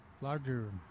larger